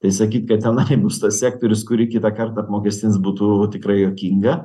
tai sakyt kad tenai būsto sektorius kurį kitą kartą apmokestins būtų tikrai juokinga